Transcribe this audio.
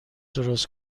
درست